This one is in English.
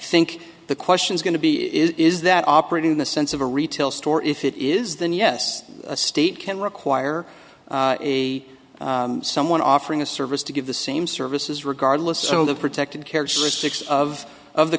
think the question's going to be is that operating in the sense of a retail store if it is then yes a state can require a someone offering a service to give the same services regardless so the protected characteristics of of the